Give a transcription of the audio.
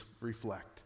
reflect